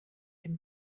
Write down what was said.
dem